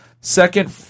Second